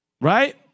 Right